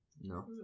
No